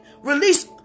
release